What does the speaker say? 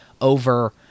over